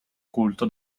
culto